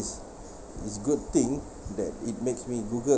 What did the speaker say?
it's good thing that it makes me google